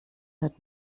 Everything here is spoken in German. hat